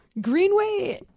Greenway